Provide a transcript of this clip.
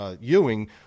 Ewing